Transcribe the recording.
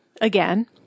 again